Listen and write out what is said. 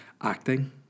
acting